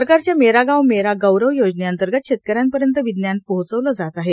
सरकारच्या मेरा गांव मेरा गौरव योजनेअंतर्गत शेतकऱ्यांपर्यंत विज्ञान पोहोचवलं जात आहे